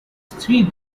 three